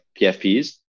PFPs